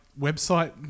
website